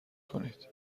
کنید